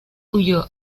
huyó